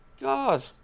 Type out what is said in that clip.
God